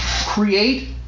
create